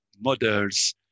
models